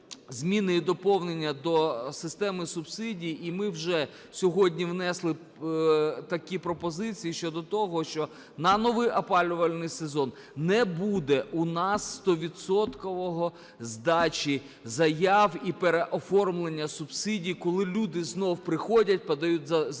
зміни і доповнення до системи субсидій. І ми вже сьогодні внесли такі пропозиції, щодо того, що на новий опалювальний сезон не буде у нас стовідсотково здачі заяв і переоформлення субсидій, коли люди знову приходять, подають